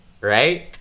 Right